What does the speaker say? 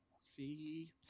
see